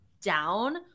down